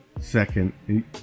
second